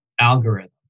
algorithm